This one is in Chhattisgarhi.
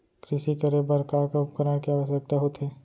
कृषि करे बर का का उपकरण के आवश्यकता होथे?